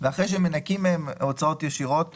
אתם מוסיפים את השינוי במדד לריבית, זאת אומרת,